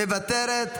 היא מוותרת.